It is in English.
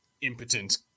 impotent